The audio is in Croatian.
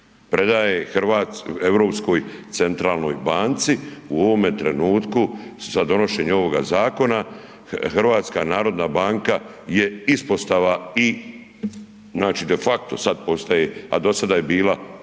predaje Europskoj centralnoj banci u ovome trenutku, sad donošenje ovoga zakona HNB je ispostava i de facto sad postaje, a do sada je bila